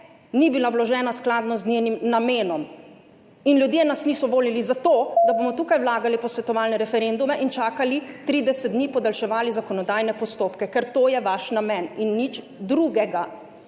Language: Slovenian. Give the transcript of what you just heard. ni bila vložena skladno z njenim namenom. In ljudje nas niso volili zato, da bomo tukaj vlagali posvetovalne referendume in čakali 30 dni, podaljševali zakonodajne postopke, ker to je vaš namen in nič drugega.